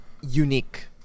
unique